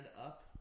up